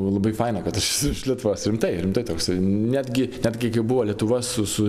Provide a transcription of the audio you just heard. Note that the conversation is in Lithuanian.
labai faina kad aš esu iš lietuvos rimtai rimtai toksai netgi netgi kai buvo lietuva su su